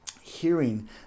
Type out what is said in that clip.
hearing